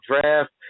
draft